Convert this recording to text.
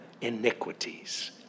iniquities